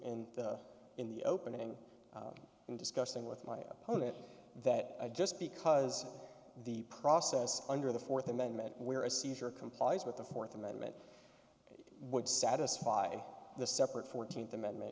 the in the opening and discussing with my opponent that just because the process under the fourth amendment where a seizure complies with the fourth amendment that would satisfy the separate fourteenth amendment